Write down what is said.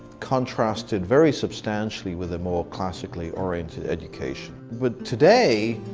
contrasted very substantially with the more classically oriented education. but today,